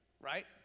right